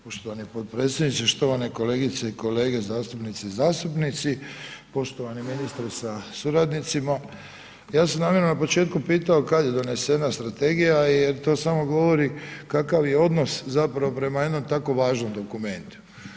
Poštovani potpredsjedniče, štovani kolegice i kolege zastupnice i zastupnici, poštovani ministre sa suradnicima ja sam namjerno na početku pitao kad je donesena strategija jer to samo govori kakav je odnos zapravo prema jednom tako važnom dokumentu.